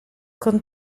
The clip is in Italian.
con